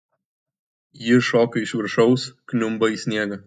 ji šoka iš viršaus kniumba į sniegą